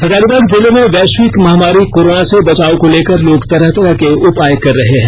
हजारीबाग जिले में वैश्विक महामारी कोरोना से बचाव को लेकर लोग तरह तरह के उपाय कर रहे हैं